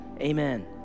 Amen